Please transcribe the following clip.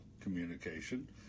communication